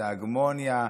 זה ההגמוניה.